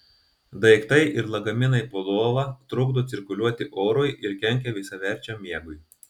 daiktai ir lagaminai po lova trukdo cirkuliuoti orui ir kenkia visaverčiam miegui